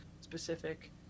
specific